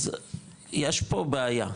אז יש פה בעיה,